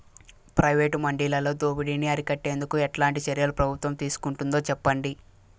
Private మండీలలో దోపిడీ ని అరికట్టేందుకు ఎట్లాంటి చర్యలు ప్రభుత్వం తీసుకుంటుందో చెప్పండి?